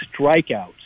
strikeouts